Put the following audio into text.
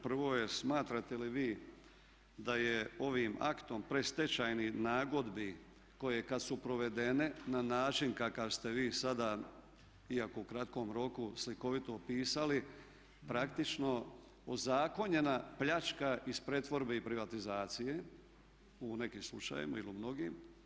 Prvo je, smatrate li vi da je ovim aktom predstečajnih nagodbi koje kada su provedene na način kakav ste vi sada, iako u kratkom roku slikovito opisali, praktično ozakonjena pljačka iz pretvorbe i privatizacije u nekim slučajevima ili u mnogim?